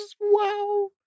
Wow